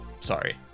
Sorry